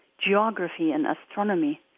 geography and astronomy.